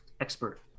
expert